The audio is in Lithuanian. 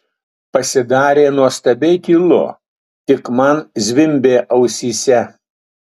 pasidarė nuostabiai tylu tik man zvimbė ausyse